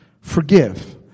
Forgive